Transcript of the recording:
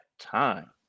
time